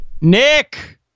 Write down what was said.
Nick